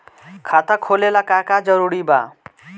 खाता खोले ला का का जरूरी बा?